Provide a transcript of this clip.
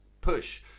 push